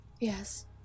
Yes